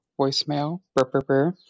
voicemail